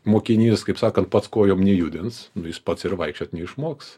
mokinys kaip sakant pats kojom nejudins jis pats ir vaikščiot neišmoks